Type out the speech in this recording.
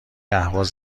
اهواز